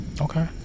Okay